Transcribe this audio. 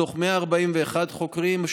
מתוך 141 חוקרים,